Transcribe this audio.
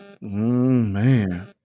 man